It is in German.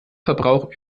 verbrauch